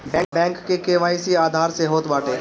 bank KYC Aadhaar से होत बाटे